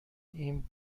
این